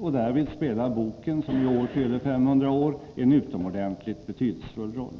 Därvid spelar boken, som i år fyller 500 år, en utomordentligt betydelsefull roll.